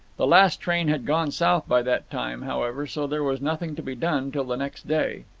the last train had gone south by that time, however, so there was nothing to be done till the next day.